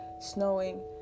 Snowing